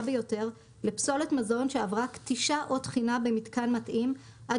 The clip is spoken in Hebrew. ביותר לפסולת מזון שעברה כתישה או טחינה במיתקן מתאים עד